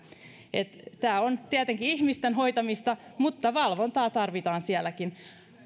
tämä on tietenkin ihmisten hoitamista mutta valvontaa tarvitaan sielläkin